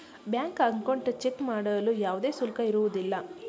bank account check ಮಾಡಲು ಯಾವುದೇ ಶುಲ್ಕ ಇರುವುದಿಲ್ಲ